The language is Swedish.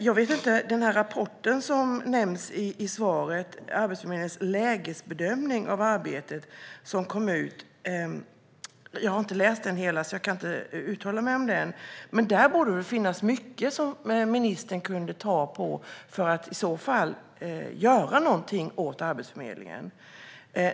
I svaret nämns rapporten Arbetsförmedlingens lägesbedömning av ar betet med snabbspåren . Jag har inte läst hela rapporten, så jag kan inte uttala mig om den. Men där borde det väl finnas mycket som ministern kunde använda för att göra någonting åt Arbetsförmedlingen.